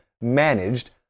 managed